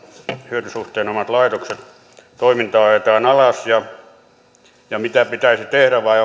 hyötysuhteen omaavien laitosten toimintaa ajetaan alas ja mitä pitäisi tehdä vai